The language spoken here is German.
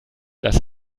das